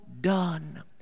done